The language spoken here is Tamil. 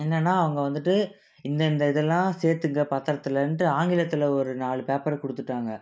என்னன்னா அவங்க வந்துவிட்டு இந்தந்த இதெல்லாம் சேர்த்துக்க பத்தரத்துலேன்ட்டு ஆங்கிலத்தில் ஒரு நாலு பேப்பர் கொடுத்துட்டாங்க